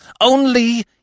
Only